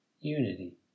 unity